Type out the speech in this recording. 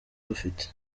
dufite